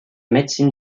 médecine